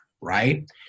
right